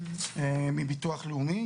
מביטוח לאומי.